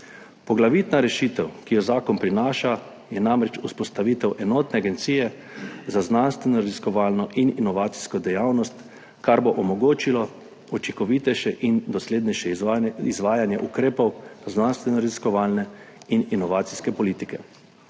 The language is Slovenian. Poglavitna rešitev, ki jo zakon prinaša, je namreč vzpostavitev enotne agencije za znanstvenoraziskovalno in inovacijsko dejavnost, kar bo omogočilo učinkovitejše in doslednejše izvajanje ukrepov znanstvenoraziskovalne in inovacijske politike.